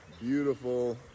beautiful